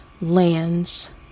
lands